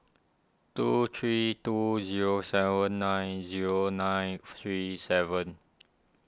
two three two zero seven nine zero nine three seven